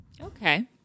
Okay